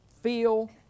feel